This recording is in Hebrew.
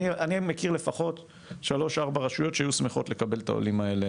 אני מכיר לפחות שלוש ארבע רשויות שהיו שמחות לקבל את העולים האלה